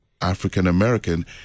African-American